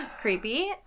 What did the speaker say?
Creepy